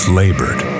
labored